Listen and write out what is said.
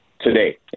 today